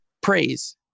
praise